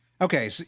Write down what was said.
Okay